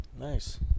nice